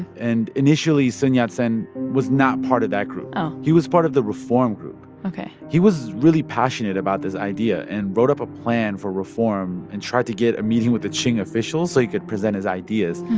and initially, sun yat-sen was not part of that group oh he was part of the reform group ok he was really passionate about this idea and wrote up a plan for reform and tried to get a meeting with the qing officials so he could present his ideas.